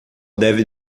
deve